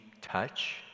touch